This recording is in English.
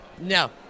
No